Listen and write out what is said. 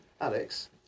Alex